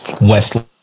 West